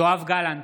אינו נוכח גילה